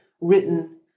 written